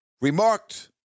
remarked